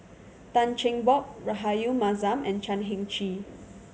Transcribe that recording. Tan Cheng Bock Rahayu Mahzam and Chan Heng Chee